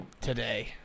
today